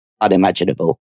unimaginable